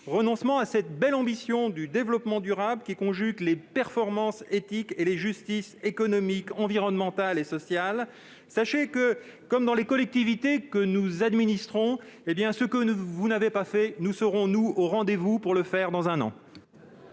renoncement à cette belle ambition du développement durable, qui conjugue les performances éthiques et les justices économique, environnementale et sociale. Sachez-le, dans les collectivités que nous administrons, nous serons au rendez-vous, dans un an,